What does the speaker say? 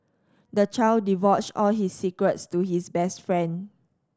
the child divulged all his secrets to his best friend